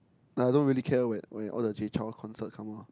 I don't really care when when all the Jay Chou concert come out